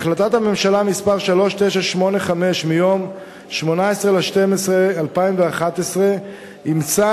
החלטת הממשלה מס' 3985 מיום 18 בדצמבר 2011 אימצה